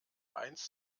eins